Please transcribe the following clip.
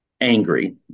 angry